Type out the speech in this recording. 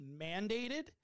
mandated